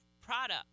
product